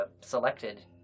selected